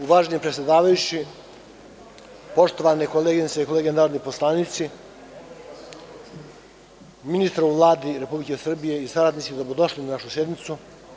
Uvaženi predsedavajući, poštovane koleginice i kolege narodni poslanici, ministar u Vladi Republike Srbije i saradnici dobro došli na današnju sednicu.